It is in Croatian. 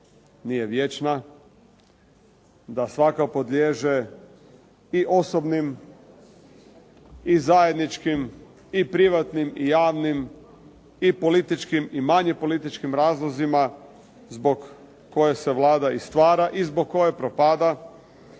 nije vječna, da svako podliježe i osobnim, i zajedničkim, i privatnim, i javnim, i političkim i manje političkim razlozima zbog kojeg se Vlada i stvara i zbog koje propada.